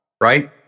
right